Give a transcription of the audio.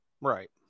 Right